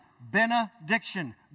Benediction